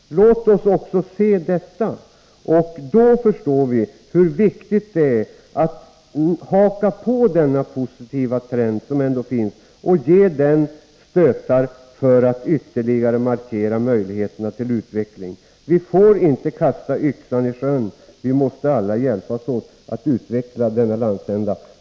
Låt oss också se detta! Då förstår vi hur viktigt det är att haka på denna positiva trend och ge den möjligheter till ytterligare utveckling. Vi får inte kasta yxan i sjön, utan vi måste alla hjälpas åt att utveckla denna landsända.